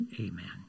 amen